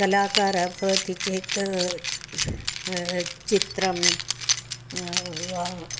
कलाकारः भवति चेत् चित्रं वा